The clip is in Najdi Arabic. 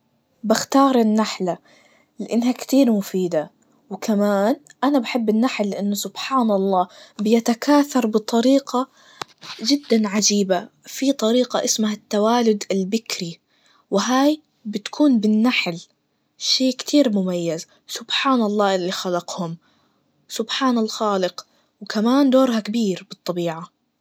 باختار النحلة, لإنها كتير مفيدة, وكمان أنا بحب النحل لأنه سبحان الله, بيتكاثر بطريقة جداً عجيبة, في طريقة اسمها التوالد البكري, وهاي بتكون بالنحل, شي كتير مميز, سبحان الله, اللي خلقهم, سبحان الخالق, وكمان دورها كبير بالطبيعة.